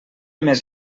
més